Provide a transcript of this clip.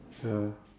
ya